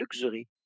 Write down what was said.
luxury